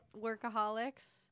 Workaholics